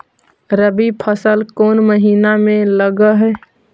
रबी फसल कोन महिना में लग है?